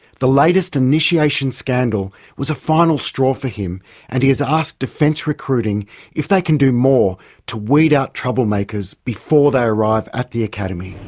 the latest initiation scandal was a final straw for him and he has asked defence recruiting if they can do more to weed out trouble makers before they arrive at the academy.